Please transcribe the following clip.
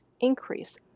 increase